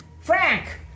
frank